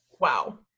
Wow